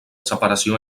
separació